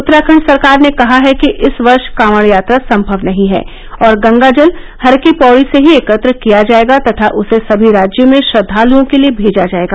उत्तराखंड सरकार ने कहा है कि इस वर्ष कावड यात्रा संभव नहीं है और गंगाजल हर की पौडी से ही एकत्र किया जायेगा तथा उसे सभी राज्यों में श्रद्वालओं के लिए भेजा जायेगा